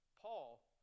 Paul